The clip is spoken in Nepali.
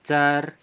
चार